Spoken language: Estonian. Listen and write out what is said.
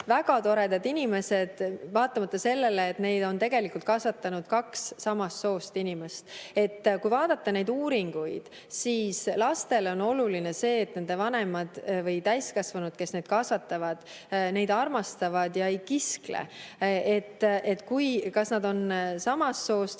väga toredad inimesed, vaatamata sellele, et neid on tegelikult kasvatanud kaks samast soost inimest. Kui vaadata uuringuid, siis [nähtub, et] lastele on oluline see, et nende vanemad või [muud] täiskasvanud, kes neid kasvatavad, neid armastavad ja et nad ei kiskle. Kas nad on samast soost